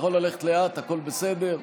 לך לאט, הכול בסדר.